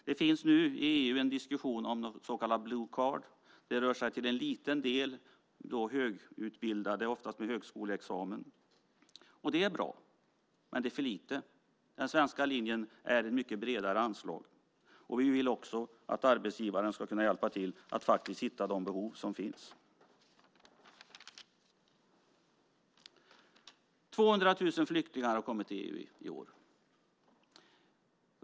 Det finns nu i EU en diskussion om ett så kallat blue card . Det rör sig om en liten del högutbildade, oftast med högskoleexamen. Det är bra, men det är för lite. Den svenska linjen är ett mycket bredare anslag. Vi vill också att arbetsgivaren ska kunna hjälpa till att hitta de behov som finns. 200 000 flyktingar har kommit till EU i år.